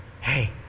Hey